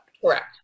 Correct